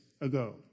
ago